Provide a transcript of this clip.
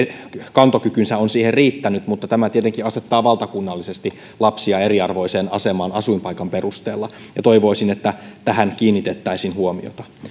kantokykynsä on siihen riittänyt mutta tämä tietenkin asettaa valtakunnallisesti lapsia eriarvoiseen asemaan asuinpaikan perusteella ja toivoisin että tähän kiinnitettäisiin huomiota